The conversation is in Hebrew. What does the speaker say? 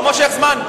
לא מושך זמן.